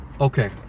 Okay